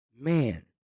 man